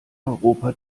europa